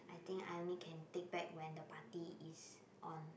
I think I only can take back when the party is on